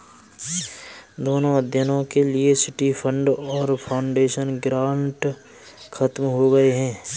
दोनों अध्ययनों के लिए सिटी फंड और फाउंडेशन ग्रांट खत्म हो गए हैं